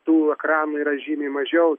tų ekranų yra žymiai mažiau